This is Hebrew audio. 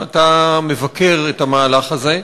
שאתה מבקר את המהלך הזה.